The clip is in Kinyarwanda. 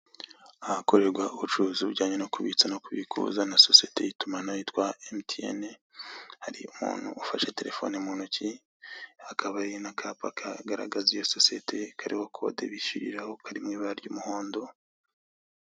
Ahakorerwa ubucuruzi bujyanye no kubitsa no kubikuza na sosiyete y'itumanaho ya emutiyene, Hari umuntu ufashe terefone mu ntoki, hakaba hari n'akapa kagaragaza yo sosiyete kariho kode bishyuriraho, kari mu ibara ry'umuhondo.